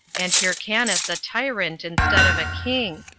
and hyrcanus a tyrant instead of a king,